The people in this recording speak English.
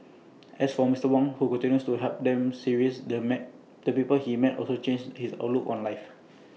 as for Mister Wong who continues to helm them series the met the people he met also changed his outlook on life